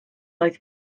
oedd